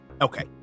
Okay